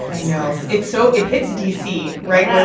i know it so it hits d c. right where